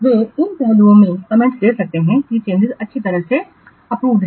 वे इन पहलुओं में कॉमेंट्स दे सकते हैं कि चेंजिंस अच्छी तरह से प्रेरित है